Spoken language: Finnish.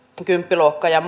kymppiluokka ja